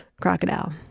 crocodile